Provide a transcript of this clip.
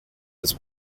his